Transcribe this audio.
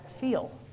feel